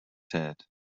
said